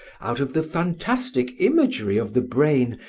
out of the fantastic imagery of the brain,